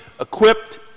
Equipped